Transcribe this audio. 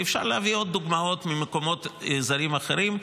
ואפשר להביא עוד דוגמאות ממקומות ומאזורים אחרים.